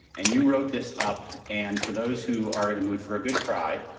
and you wrote this up. and for those who are in a mood for a good cry,